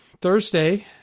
Thursday